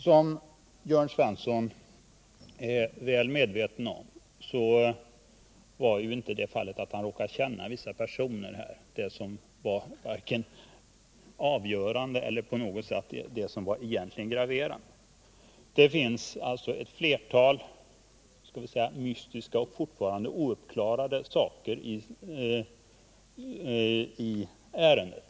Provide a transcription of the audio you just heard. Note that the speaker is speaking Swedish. Som Jörn Svensson är väl medveten om var inte detta att den här mannen råkade känna vissa personer vare sig avgörande eller egentligen graverande. Det finns alltså ett flertal mystiska och fortfarande ouppklarade saker i ärendet.